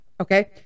Okay